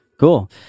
cool